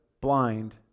blind